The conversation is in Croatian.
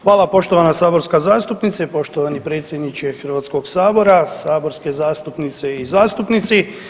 Hvala poštovana saborska zastupnice i poštovani predsjedniče Hrvatskog sabora, saborske zastupnice i zastupnici.